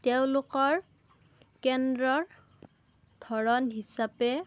তেওঁলোকৰ কেন্দ্ৰৰ ধৰণ হিচাপে